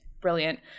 brilliant